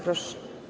Proszę.